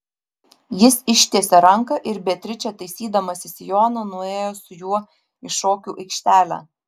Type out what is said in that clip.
jis ištiesė ranką ir beatričė taisydamasi sijoną nuėjo su juo į šokių aikštelę